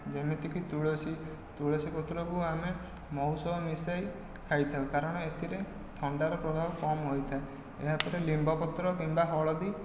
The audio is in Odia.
ଯେମିତିକି ତୁଳସୀ ତୁଳସୀ ପତ୍ରକୁ ଆମେ ମହୁ ସହ ମିଶାଇ ଖାଇଥାଉ କାରଣ ଏଥିରେ ଥଣ୍ଡାର ପ୍ରଭାବ କମ ହୋଇଥାଏ ଏହାପରେ ନିମ୍ବ ପତ୍ର କିମ୍ବା ହଳଦୀ